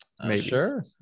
Sure